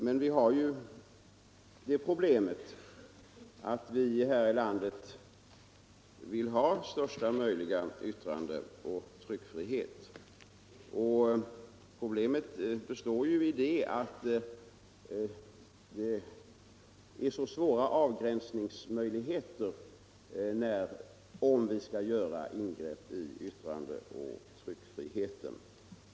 Men problemet är ju att vi här i landet vill ha största möjliga yttrandeoch tryckfrihet, och det är så svåra avgränsningar, om vi skall göra ingrepp i yttrande: och tryckfriheten.